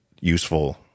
useful